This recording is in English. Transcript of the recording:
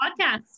Podcast